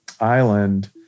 Island